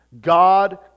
God